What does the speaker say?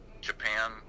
Japan